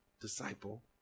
disciple